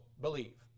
believe